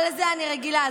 אבל לזה אני רגילה,